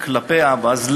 כלפי האווז.